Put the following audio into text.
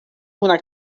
una